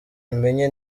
imenye